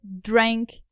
drank